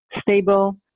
stable